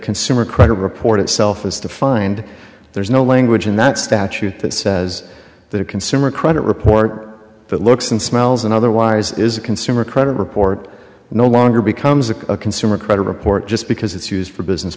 consumer credit report itself is to find there's no language in that statute that says the consumer credit report that looks and smells and otherwise is a consumer credit report no longer becomes a consumer credit report just because it's used for business